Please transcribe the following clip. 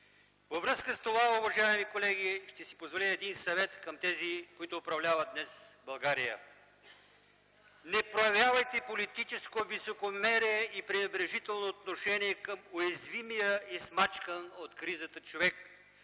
Във връзка с това, уважаеми колеги, ще си позволя един съвет към тези, които управляват днес България: не проявявайте политическо високомерие и пренебрежително отношение към уязвимия и смачкан от кризата човек,